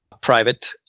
Private